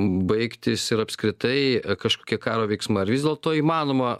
baigtis ir apskritai kažkokie karo veiksmai ar vis dėlto įmanoma